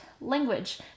language